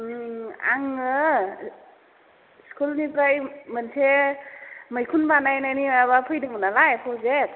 आङो स्कुलनिफ्राय मोनसे मैखुन बानायनायनि माबा फैदोंमोन नालाय प्रजेक्ट